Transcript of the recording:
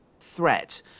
threat